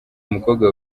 umukobwa